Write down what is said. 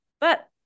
But-